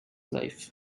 life